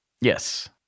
yes